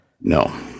No